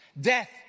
Death